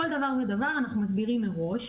כל דבר ודבר אנחנו מסבירים מראש,